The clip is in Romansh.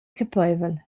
capeivel